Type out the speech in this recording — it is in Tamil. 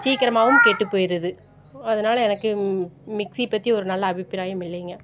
சீக்கிரமாகவும் கெட்டுப் போயிடுது அதனால எனக்கு மிக்ஸி பற்றி ஒரு நல்ல அபிப்பிராயம் இல்லைங்க